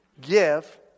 give